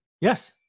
Yes